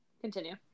continue